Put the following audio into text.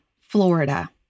Florida